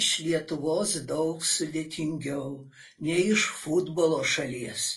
iš lietuvos daug sudėtingiau nei iš futbolo šalies